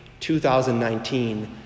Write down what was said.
2019